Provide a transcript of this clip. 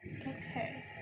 Okay